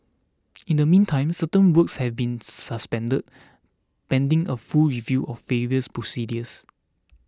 in the meantime certain works have been suspended pending a full review of various procedures